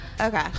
Okay